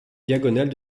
diagonale